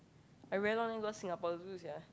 I very long never go Singapore Zoo sia